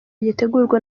gitegurwa